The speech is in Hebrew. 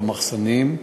במחסנים.